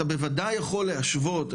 אתה בוודאי יכול להשוות,